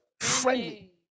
friendly